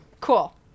Cool